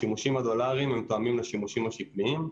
השימושים הדולריים תואמים לשימושים השקליים.